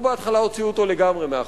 הוא בהתחלה הוציא אותו לגמרי מהחוק,